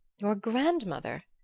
your grandmother?